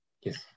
yes